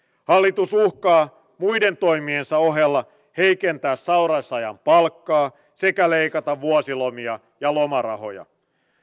hallitus uhkaa muiden toimiensa ohella heikentää sairausajan palkkaa sekä leikata vuosilomia ja lomarahoja